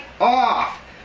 off